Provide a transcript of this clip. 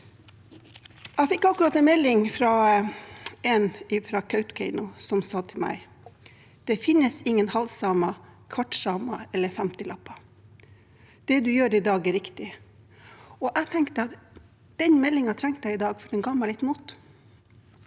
Jeg fikk akkurat en melding fra én i Kautokeino som sa til meg: Det finnes ingen halvsamer, kvartsamer eller 50-lapper. Det du gjør i dag, er riktig. Og jeg tenkte at den meldingen trengte jeg i dag, for den ga meg litt mot.